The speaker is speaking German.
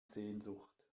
sehnsucht